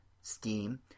Steam